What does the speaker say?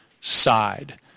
side